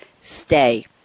stay